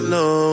no